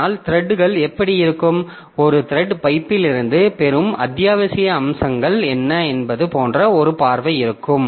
ஆனால் த்ரெட்கள் எப்படி இருக்கும் ஒரு த்ரெட் லைப்ரரிலிருந்து பெறும் அத்தியாவசிய அம்சங்கள் என்ன என்பது போன்ற ஒரு பார்வை இருக்கும்